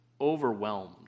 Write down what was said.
overwhelmed